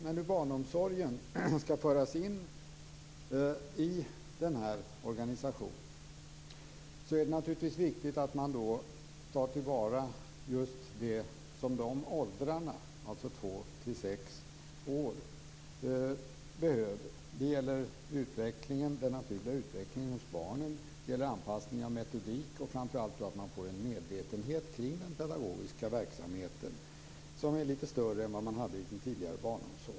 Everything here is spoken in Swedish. När nu barnomsorgen skall föras in i denna organisation är det naturligtvis viktigt att man tar till vara just det som barn i de åldrarna - två till sex år - behöver. Det gäller den naturliga utvecklingen hos barnen. Det gäller anpassning av metodik och framför allt att man får en litet större medvetenhet kring den pedagogiska verksamheten än vad som var fallet i den tidigare barnomsorgen.